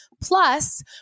Plus